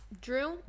Drew